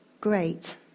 Great